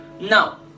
now